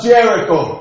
Jericho